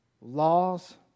laws